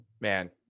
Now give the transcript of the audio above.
man